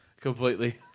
completely